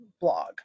blog